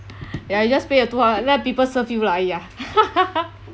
ya you just pay the two hundred let people serve you lah !aiya!